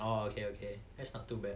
oh okay okay that's not too bad